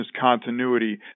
continuity